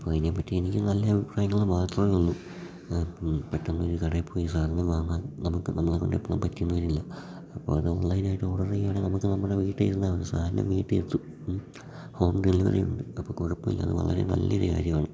അപ്പം അതിനെപ്പറ്റി എനിക്ക് നല്ല അഭിപ്രായങ്ങൾ മാത്രമേയുള്ളു പെട്ടെന്നൊരു കടയിൽ പോയി സാധനം വാങ്ങാൻ നമുക്ക് നമ്മളെക്കൊണ്ട് എപ്പോഴും പറ്റിയെന്നു വരില്ല അപ്പം അത് ഓൺലൈനായിട്ട് ഓഡർ ചെയ്യുകയാണെങ്കിൽ നമുക്ക് നമ്മുടെ വീട്ടിലിരുന്നാൽ മതി സാധനം വീട്ടിയെത്തും ഉം ഹോം ഡെലിവറി ഉണ്ട് അപ്പോൾ കുഴപ്പമില്ല അത് വളരെ നല്ലൊരു കാര്യമാണ്